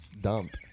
Dump